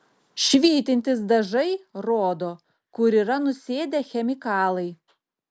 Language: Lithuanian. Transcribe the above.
švytintys dažai rodo kur yra nusėdę chemikalai